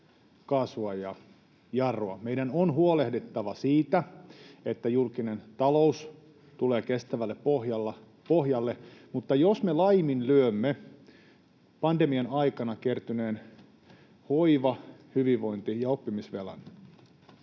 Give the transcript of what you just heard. kaasua ja jarrua. Meidän on huolehdittava siitä, että julkinen talous tulee kestävälle pohjalle, mutta jos me laiminlyömme pandemian aikana kertyneen hoiva-, hyvinvointi- ja oppimisvelan,